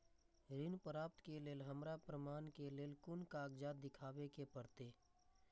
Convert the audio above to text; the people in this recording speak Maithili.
ऋण प्राप्त के लेल हमरा प्रमाण के लेल कुन कागजात दिखाबे के परते?